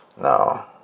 No